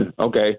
Okay